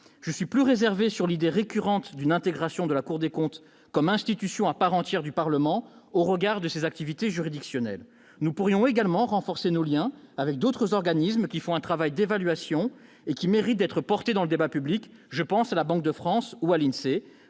Je suis plus réservé sur l'idée, récurrente, d'une intégration de la Cour des comptes comme institution à part entière du Parlement, compte tenu de ses activités juridictionnelles. Nous pourrions également renforcer nos liens avec d'autres organismes menant un travail d'évaluation qui mérite d'être porté dans le débat public- je pense à la Banque de France et à l'INSEE